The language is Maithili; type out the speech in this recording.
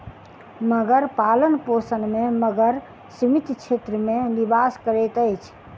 मगर पालनपोषण में मगर सीमित क्षेत्र में निवास करैत अछि